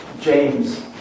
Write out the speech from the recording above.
James